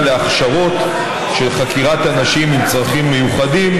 להכשרות לחקירת אנשים עם צרכים מיוחדים,